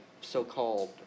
so-called